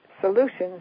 solutions